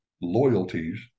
loyalties